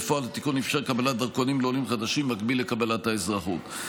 בפועל התיקון אפשר קבלת דרכונים לעולים חדשים במקביל לקבלת האזרחות.